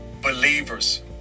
believers